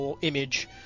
image